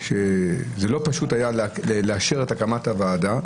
זה לא היה פשוט לאשר את הקמת הוועדה,